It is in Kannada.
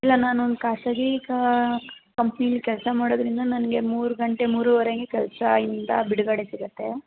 ಇಲ್ಲ ನಾನೊಂದು ಖಾಸಗಿ ಕಂಪನಿಯಲ್ಲಿ ಕೆಲಸ ಮಾಡೋದ್ರಿಂದ ನನಗೆ ಮೂರು ಗಂಟೆ ಮೂರುವರೆ ಹಾಗೆ ಕೆಲಸದಿಂದ ಬಿಡುಗಡೆ ಸಿಗುತ್ತೆ